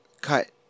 cut